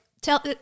tell